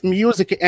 music